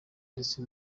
ndetse